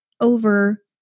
over